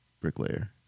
bricklayer